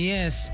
Yes